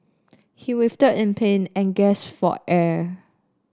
he writhed in pain and gasped for air